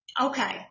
Okay